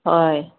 ꯍꯣꯏ